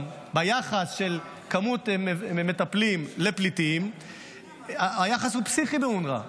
ביחס של מספר מטפלים לפליטים, היחס הוא פסיכי באונר"א,